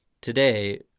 Today